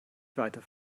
weiter